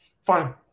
Fine